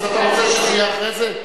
אז אתה רוצה שזה יהיה אחרי זה?